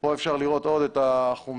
כאן אפשר לראות את החומצה,